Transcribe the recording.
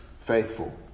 faithful